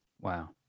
Wow